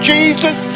Jesus